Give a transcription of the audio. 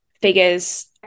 figures